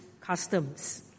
customs